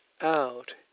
out